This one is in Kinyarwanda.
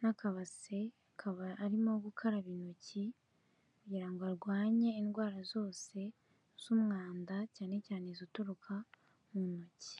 n'akabase, akaba arimo gukaraba intoki kugira ngo arwanye indwara zose z'umwanda cyane cyane izituruka mu ntoki.